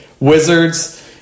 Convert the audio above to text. Wizards